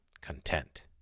Content